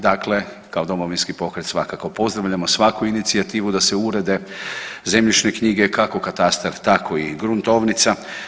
Dakle, kao Domovinski pokret svakako pozdravljamo svaku inicijativu da se urede zemljišne knjige kako katastar tako i gruntovnica.